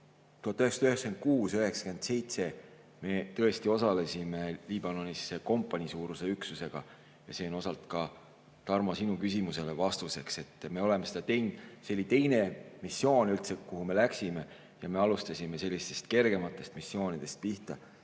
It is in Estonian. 1997 me tõesti osalesime Liibanonis kompaniisuuruse üksusega. See on osalt ka, Tarmo, sinu küsimusele vastuseks. Me oleme seda teinud, see oli teine missioon, kuhu me läksime. Me hakkasime sellistest kergematest missioonidest pihta.